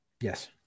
Yes